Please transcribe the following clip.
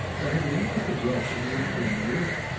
for i had meant to suggest that he was pulling my leg.